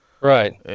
Right